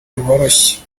rworoshye